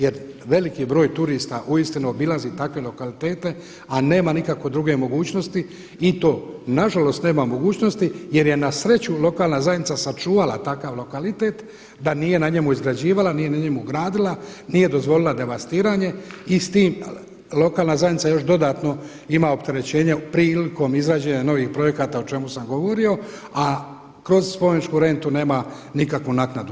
Jer veliki broj turista uistinu obilazi takve lokalitete, a nema nikakve druge mogućnosti i to na žalost nema mogućnosti jer je na sreću lokalna zajednica sačuvala takav lokalitet da nije na njemu izgrađivala, nije na njemu gradila, nije dozvolila devastiranje i s tim lokalna zajednica još dodatno ima opterećenje prilikom izrađenja novih projekata o čemu sam govorio a kroz spomeničku rentu nema nikakvu naknadu.